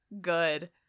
good